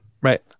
Right